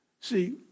See